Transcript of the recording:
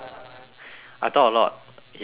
I talk a lot ya true